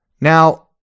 Now